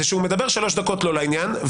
זה שהוא מדבר שלוש דקות לא לעניין,